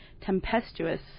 tempestuous